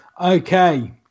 okay